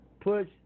Push